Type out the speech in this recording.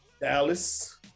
Dallas